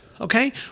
Okay